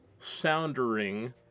soundering